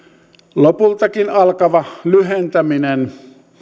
lopultakin alkava lyhentäminen